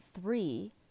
three